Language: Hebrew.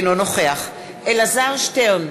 אינו נוכח אלעזר שטרן,